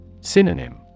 Synonym